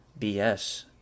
BS